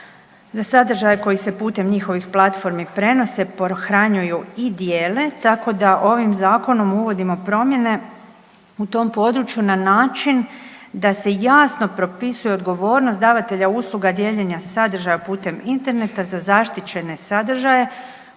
za sadržaje koji se putem njihovih platformi prenose, pohranjuju i dijele tako da ovim zakonom uvodimo promjene u tom području na način da se jasno propisuje odgovornost davatelja usluga dijeljenja sadržaja putem interneta za zaštićene sadržaje